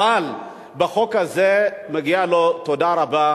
אבל בחוק הזה מגיעה לו תודה רבה,